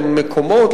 אין מקומות,